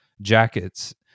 jackets